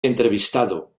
entrevistado